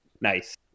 Nice